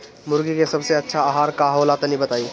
मुर्गी के सबसे अच्छा आहार का होला तनी बताई?